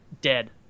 dead